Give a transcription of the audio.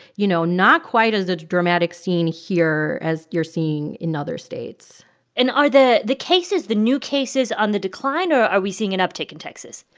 you know, not quite as a dramatic scene here as you're seeing in other states and are the the cases the new cases on the decline, or are we seeing an uptick in texas?